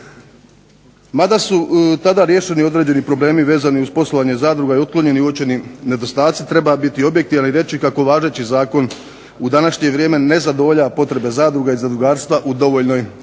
Mada su tada riješeni određeni problemi vezani uz poslovanje zadruga i otklonjeni uočeni nedostaci treba biti objektivan i reći kako važeći zakon u današnje vrijeme ne zadovoljava potrebe zadruga i zadrugarstva u dovoljnoj